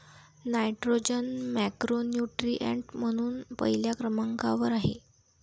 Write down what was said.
nitrogen macronutrient म्हणून पहिल्या क्रमांकावर आहे